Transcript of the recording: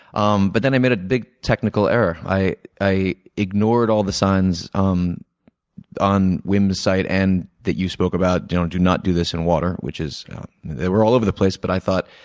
um but then i made a big technical error. i i ignored all the signs um on wim's site and that you spoke about do do not do this in water which were all over the place. but i thought,